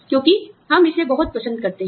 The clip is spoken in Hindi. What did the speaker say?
क्योंकि हम इसे बहुत पसंद करते हैं